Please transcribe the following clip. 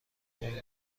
اون